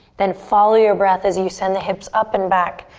then follow your breath as you send the hips up and back,